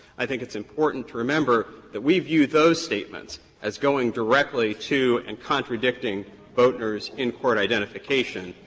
i think it's important to remember that we view those statements as going directly to and contradicting boatner's in-court identification.